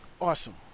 Awesome